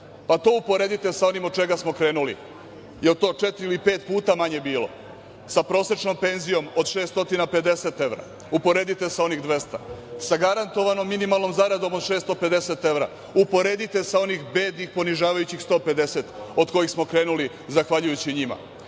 pa to uporedite sa onim od čega smo krenuli jel to četiri ili pet puta manje bilo. Sa prosečnom penzijom od 650 evra, uporedite sa onih 200. Sa garantovanom minimalnom zaradom od 650 evra uporedite sa onih bednih ponižavajućih 150 evra od kojih smo krenuli zahvaljujući njima.